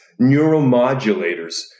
neuromodulators